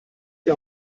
die